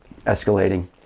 escalating